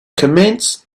commenced